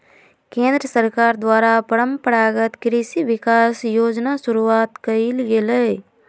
केंद्र सरकार द्वारा परंपरागत कृषि विकास योजना शुरूआत कइल गेलय